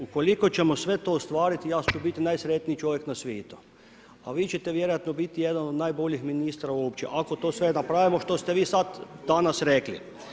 Ukoliko ćemo sve to ostvariti, ja ću biti najsretniji čovjek na svijetu a vi ćete vjerojatno biti jedan od najboljih ministra uopće, ako to sve napravimo što ste vi sad danas rekli.